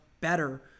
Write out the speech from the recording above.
better